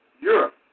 Europe